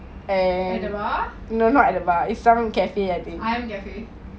at the bar iron cafe